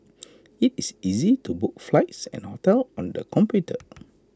IT is easy to book flights and hotels on the computer